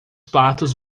patos